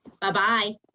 Bye-bye